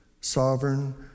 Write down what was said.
sovereign